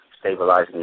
stabilizing